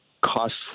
costs